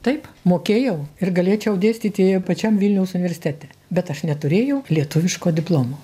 taip mokėjau ir galėčiau dėstyti pačiam vilniaus universitete bet aš neturėjau lietuviško diplomo